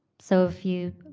so if you